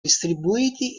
distribuiti